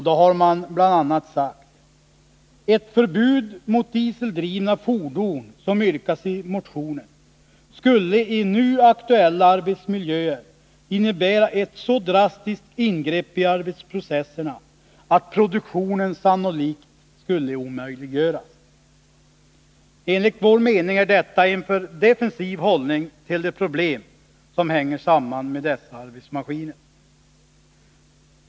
Då har man bl.a. sagt: Ett förbud mot dieseldrivna fordon som yrkas i motionen skulle i nu aktuella arbetsmiljöer innebära ett så drastiskt ingrepp i arbetsprocesserna att produktionen sannolikt skulle omöjliggöras. Enligt vår mening är detta en alltför defensiv hållning till de problem som hänger samman med dessa arbetsmaskiner.